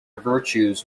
virtues